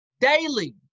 Daily